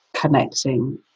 connecting